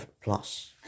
plus